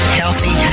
healthy